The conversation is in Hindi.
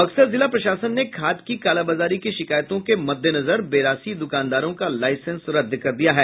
बक्सर जिला प्रशासन ने खाद की कालाबाजारी की शिकायतों के मददेनजर बेरासी द्रकानदारों का लाईसेंस रदद कर दिया है